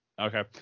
Okay